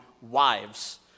wives